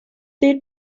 their